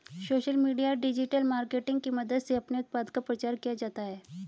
social media या digital marketing की मदद से अपने उत्पाद का प्रचार किया जाता है